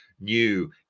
new